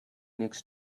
next